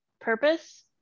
purpose